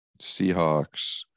Seahawks